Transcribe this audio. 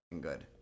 good